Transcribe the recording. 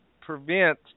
prevent